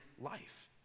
life